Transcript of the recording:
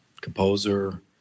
composer